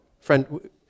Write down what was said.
Friend